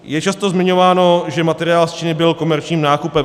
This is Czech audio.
Je často zmiňováno, že materiál z Číny byl komerčním nákupem.